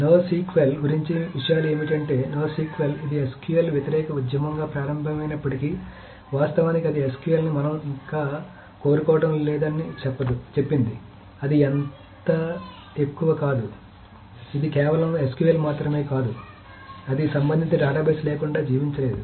NoSQL గురించి విషయాలు ఏమిటి అంటే NoSQL ఇది SQL వ్యతిరేక ఉద్యమంగా ప్రారంభమైనప్పటికీ వాస్తవానికి అది SQL ని మనం ఇక కోరుకోవడం లేదు అని చెప్పింది అది అంత ఎక్కువ కాదు ఇది కేవలం SQL మాత్రమే కాదు అది సంబంధిత డేటాబేస్ లేకుండా జీవించలేదు